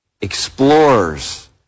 Explorers